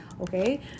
okay